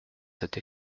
cette